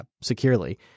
securely